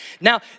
Now